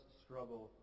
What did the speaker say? struggle